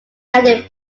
added